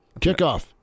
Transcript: Kickoff